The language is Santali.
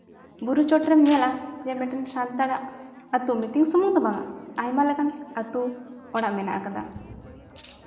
ᱵᱩᱨᱩ ᱪᱚᱴᱨᱮᱢ ᱧᱮᱞᱟ ᱡᱮ ᱢᱤᱫᱴᱟᱱ ᱥᱟᱱᱛᱟᱲᱟᱜ ᱟᱛᱳ ᱢᱤᱫᱴᱟᱱ ᱥᱩᱢᱩᱱ ᱫᱚ ᱵᱟᱝᱟ ᱟᱭᱢᱟ ᱞᱮᱠᱟᱱ ᱟᱛᱳ ᱚᱲᱟᱜ ᱢᱮᱱᱟᱜ ᱠᱟᱫᱟ